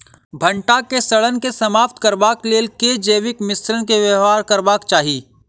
भंटा केँ सड़न केँ समाप्त करबाक लेल केँ जैविक मिश्रण केँ व्यवहार करबाक चाहि?